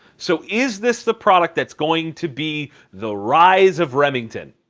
so is this the product that is going to be the rise of remington?